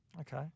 Okay